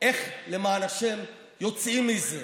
איך למען השם יוצאים מזה,